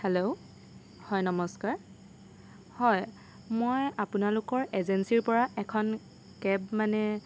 hello হয় নমস্কাৰ হয় মই আপোনালোকৰ এজেন্সীৰপৰা এখন কেব মানে